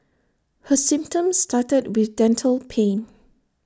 her symptoms started with dental pain